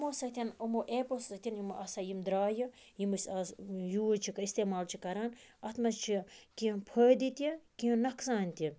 یِمو سۭتۍ یِمو ایپو سۭتۍ یِم آسہَ یِم درایہِ یِم أسۍ آزٕ یوٗز چھِ اِستعمال چھِ کَران اتھ مَنٛز چھِ کینٛہہ فٲیدٕ تہِ کینٛہہ نۄقصان تہِ